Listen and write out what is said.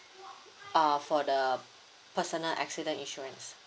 err for the personal accident insurance